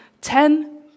ten